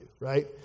right